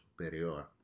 Superior